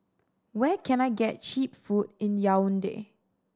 where can I get cheap food in Yaounde